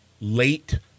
late